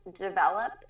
develop